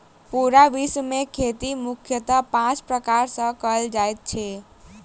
पूरा विश्व मे खेती मुख्यतः पाँच प्रकार सॅ कयल जाइत छै